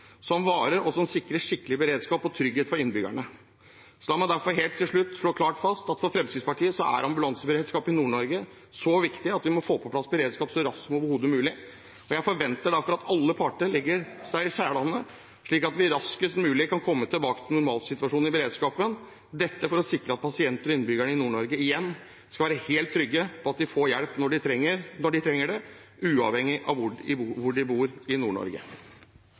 som varer, og som sikrer innbyggerne skikkelig beredskap og trygghet. La meg derfor helt til slutt slå klart fast at for Fremskrittspartiet er ambulanseberedskap i Nord-Norge så viktig at vi må få på plass beredskap så raskt som overhodet mulig. Jeg forventer derfor at alle parter legger seg i selen, slik at vi raskest mulig kan komme tilbake til en normalsituasjon i beredskapen – dette for å sikre at pasienter og innbyggere i Nord-Norge igjen skal være helt trygge på at de får hjelp når de trenger det, uavhengig av hvor i Nord-Norge de bor. Luftambulansen reddar liv i